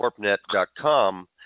corpnet.com